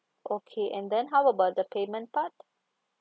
okay and then how about the payment part